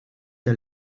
der